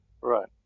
Right